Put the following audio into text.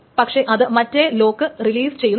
പക്ഷേ അത് മറ്റേ ലോക്ക് റിലീസ് ചെയ്യുന്നില്ല